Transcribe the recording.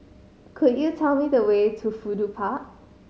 could you tell me the way to Fudu Park